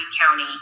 County